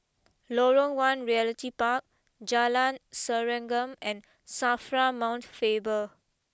Lorong one Realty Park Jalan Serengam and Safra Mount Faber